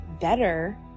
better